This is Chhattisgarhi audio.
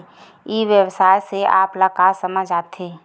ई व्यवसाय से आप ल का समझ आथे?